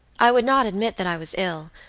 i would not admit that i was ill,